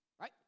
Right